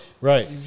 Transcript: Right